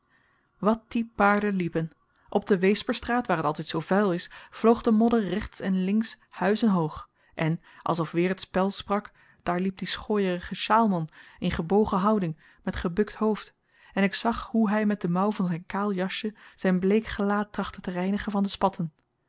wat die paarden liepen op de weesperstraat waar t altyd zoo vuil is vloog de modder rechts en links huizenhoog en alsof weer t spel sprak daar liep die schooierige sjaalman in gebogen houding met gebukt hoofd en ik zag hoe hy met de mouw van zyn kaal jasje zyn bleek gelaat trachtte te reinigen van de spatten